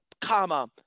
comma